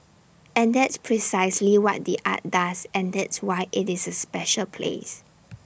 and that's precisely what the art does and that's why IT is A special place